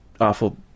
awful